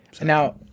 now